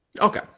Okay